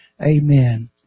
Amen